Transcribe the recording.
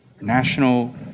national